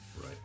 Right